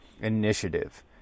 initiative